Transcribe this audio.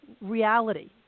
reality